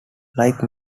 like